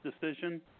decision